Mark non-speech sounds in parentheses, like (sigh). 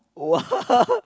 !wah! (laughs)